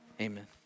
amen